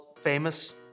famous